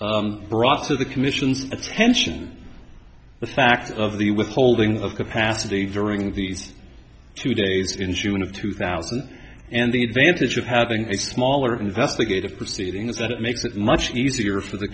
reliance brought to the commission's attention the fact of the withholding of capacity during these two days in june of two thousand and the advantage of having a smaller investigative proceeding is that it makes it much easier for the